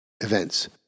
events